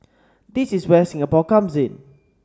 this is where Singapore comes in